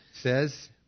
says